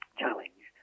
challenge